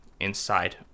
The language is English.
inside